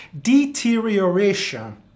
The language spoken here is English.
deterioration